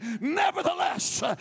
nevertheless